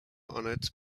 honored